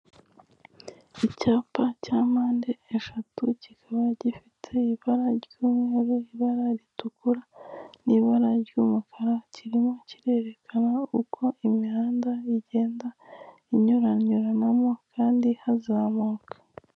Icyapa cya mpande eshatu, kikaba gifite ibara ry'umweru, ibara ritukura n'ibara ry'umukara, kirimo kirerekana uko imihanda igenda inyuranyuranamo kandi hazamuka.